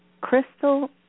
crystal